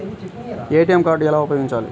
ATM card ఎలా ఉపయోగించాలి?